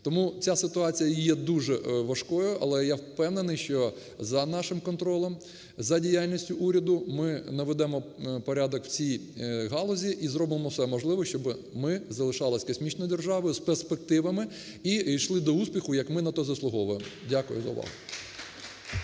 Тому ця ситуація є дуже важкою, але я впевнений, що за нашим контролем, за діяльністю уряду ми наведемо порядок в цій галузі і зробимо все можливе, щоби ми залишалися космічною державою з перспективами і йшли до успіху, як ми на то заслуговуємо. Дякую за увагу.